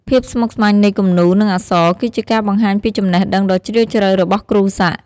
ភាពស្មុគស្មាញនៃគំនូរ និងអក្សរ គឺជាការបង្ហាញពីចំណេះដឹងដ៏ជ្រាលជ្រៅរបស់គ្រូសាក់។